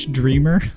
dreamer